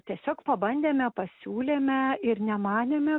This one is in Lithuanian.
tiesiog pabandėme pasiūlėme ir nemanėme